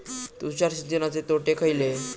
तुषार सिंचनाचे तोटे खयले?